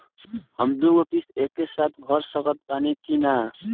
हम दु गो किश्त एके साथ भर सकत बानी की ना?